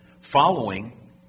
following